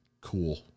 cool